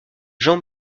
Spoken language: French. jean